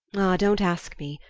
ah, don't ask me!